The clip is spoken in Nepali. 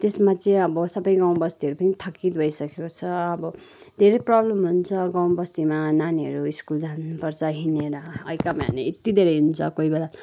त्यसमा चाहिँ अब सबै गाउँ बस्तीहरू पनि थकित भइसकेको छ अब धेरै प्रब्लम हुन्छ गाउँ बस्तीमा नानीहरू स्कुल जानु पर्छ हिँडेर ऐ कमाने यति धेरै हिँड्छ कोही बेला